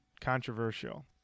Controversial